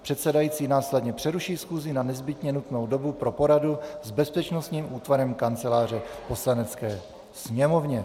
Předsedající následně přeruší schůzi na nezbytně nutnou dobu pro poradu s bezpečnostním útvarem Kanceláře Poslanecké sněmovny.